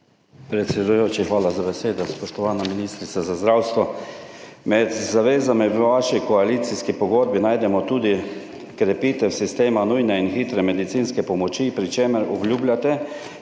Predsedujoči, hvala za besedo. Spoštovana ministrica za zdravje! Med zavezami v vaši koalicijski pogodbi najdemo tudi krepitev sistema nujne in hitre medicinske pomoči, pri čemer obljubljate,